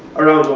around